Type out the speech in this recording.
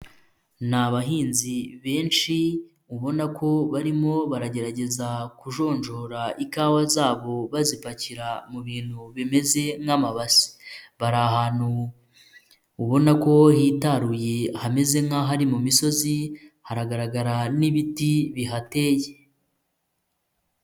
Ni abahinzi benshi ubona ko barimo baragerageza kujonjora ikawa zabo bazipakira mu bintu bimeze nk'amabase, bari ahantu ubona ko hitaruye hameze nk'aho ari ari mu misozi, haragaragara n'ibiti bihateye.